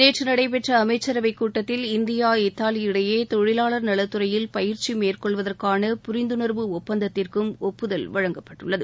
நேற்று நடைபெற்ற அமைச்சரவைக் கூட்டத்தில் இந்தியா இத்தாலி இடையே தொழிலாளர் நலத்துறையில் பயிற்சி மேற்கொள்வதற்கான புரிந்துணர்வு ஒப்பந்தத்திற்கும் ஒப்புதல் வழங்கப்பட்டுள்ளது